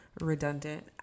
redundant